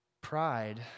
Pride